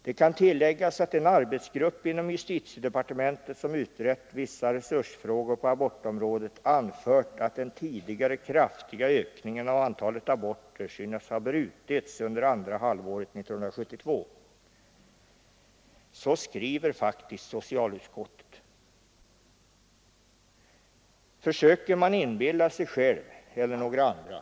Det kan tilläggas att den arbetsgrupp inom justitiedepartementet, som utrett vissa resursfrågor på abortområdet, anfört att den tidigare kraftiga ökningen av antalet aborter synes ha brutits under andra halvåret 1972.” Så skriver faktiskt socialutskottet. Försöker det lura sig självt eller några andra?